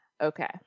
Okay